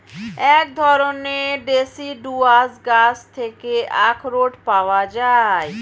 এক ধরণের ডেসিডুয়াস গাছ থেকে আখরোট পাওয়া যায়